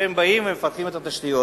כשהם באים ומפתחים את התשתיות.